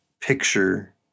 picture